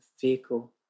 vehicle